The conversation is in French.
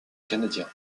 canadien